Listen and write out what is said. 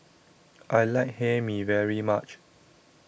I like Hae Mee very much